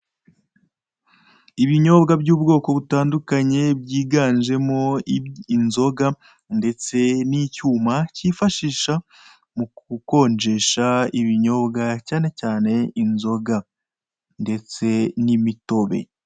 Ibinyobwa by'ubwoko butandukanye, byiganjemo inzoga, ndetse n'icyuma cyifashisha mu kukonjesha ibinyobwa, cyane cyane inzoga. Ndetse n'imitobe.